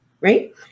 right